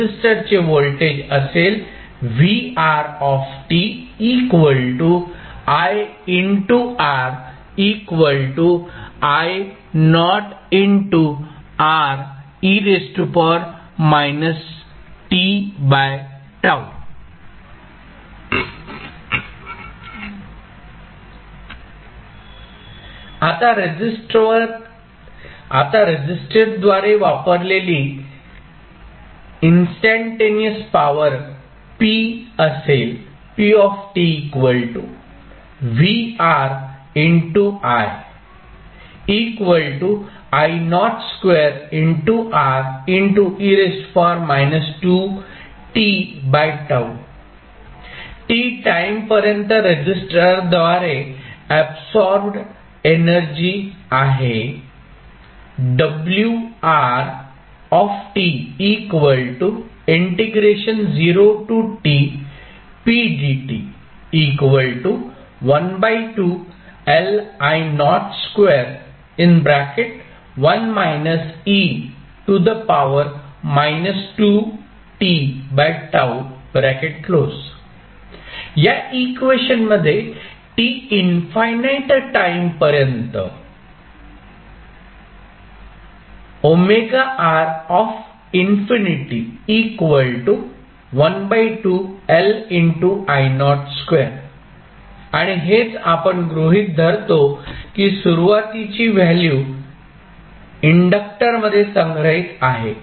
रेसिस्टरचे voltage असेल आता रेसिस्टरद्वारे वापरलेली इन्स्टँटेनिअस पावर P असेल t टाईम पर्यंत रेसिस्टरद्वारे एबसॉर्ब्ड एनर्जी आहे या इक्वेशन मध्ये t इन्फानाइट टाईम पर्यंत आणि हेच आपण गृहित धरतो की सुरुवातीची व्हॅल्यू इंडक्टरमध्ये संग्रहित आहे